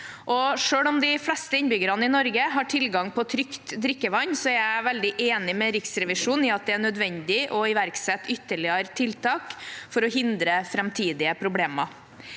Selv om de fleste innbyggerne i Norge har tilgang på trygt drikkevann, er jeg veldig enig med Riksrevisjonen i at det er nødvendig å iverksette ytterligere tiltak for å hindre framtidige problemer.